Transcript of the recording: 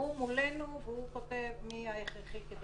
הוא מולנו והוא כותב מי הכרחי.